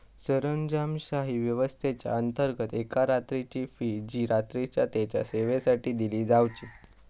सरंजामशाही व्यवस्थेच्याअंतर्गत एका रात्रीची फी जी रात्रीच्या तेच्या सेवेसाठी दिली जावची